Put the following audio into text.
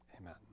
Amen